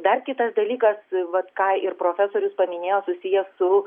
dar kitas dalykas vat ką ir profesorius paminėjo susiję su